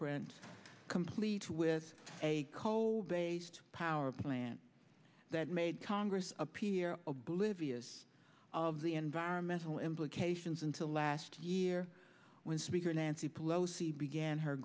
footprint complete with a coal based power plant that made congress appear oblivious of the environmental implications until last year when speaker nancy pelosi began her